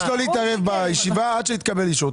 להתערב עד שתקבל אישור.